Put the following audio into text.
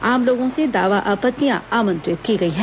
आम लोगों से दावा आपत्तियां आमंत्रित की गई हैं